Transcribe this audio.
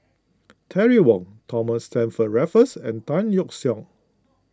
Terry Wong Thomas Stamford Raffles and Tan Yeok Seong